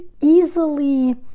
easily